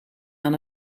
aan